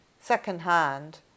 Second-hand